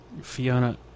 Fiona